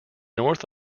north